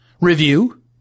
Review